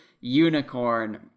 unicorn